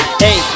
hey